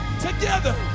together